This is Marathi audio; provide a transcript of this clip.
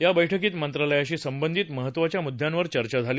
या बैठकीत मंत्रालयाशी संबंधित महत्त्वाच्या मुद्द्यांवर चर्चा झाली